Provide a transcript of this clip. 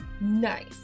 Nice